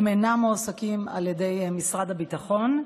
הם אינם מועסקים על ידי משרד הביטחון.